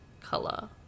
color